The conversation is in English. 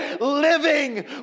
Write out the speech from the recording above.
living